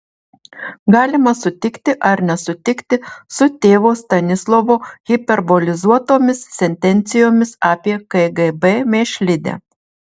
galima sutikti ar nesutikti su tėvo stanislovo hiperbolizuotomis sentencijomis apie kgb mėšlidę